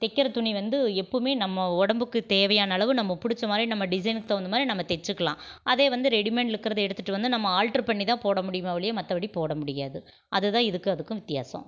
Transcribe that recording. தைக்கிற துணி வந்து எப்போவுமே நம்ம உடம்புக்கு தேவையான அளவு நம்ம பிடிச்ச மாதிரி நம்ம டிசைனுக்கு தகுந்த மாதிரி நம்ம தெச்சுக்கிலாம் அதே வந்து ரெடிமேட்டில் இருக்குறதை எடுத்துகிட்டு வந்து நம்ம ஆல்ட்ரு பண்ணி தான் போட முடியுமே ஒழிய மற்றபடி போட முடியாது அது தான் இதுக்கும் அதுக்கும் வித்தியாசம்